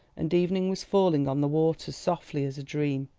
and evening was falling on the waters softly as a dream.